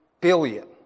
billion